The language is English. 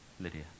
lydia